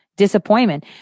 disappointment